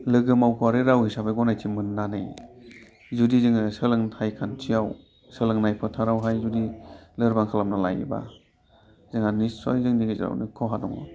लोगो मावख'आरि राव हिसाबै गनायथि मोननानै जुदि जोङो सोलोंथाइ खान्थियाव सोलोंनाय फोथारावहाय जुदि लोरबां खालामना लायोबा जोंहा निस्सय जोंनि गेजेरावनो खहा दङ